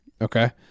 Okay